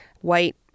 White